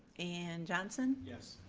and johnson? yes.